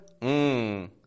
Mmm